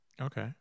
Okay